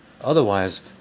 Otherwise